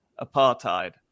apartheid